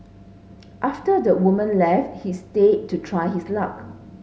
after the woman left he stayed to try his luck